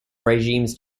regimes